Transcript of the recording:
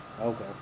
Okay